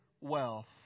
wealth